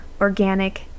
organic